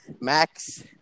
Max